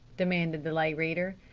demanded the lay reader.